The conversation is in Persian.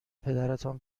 پدرتان